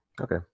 Okay